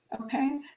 Okay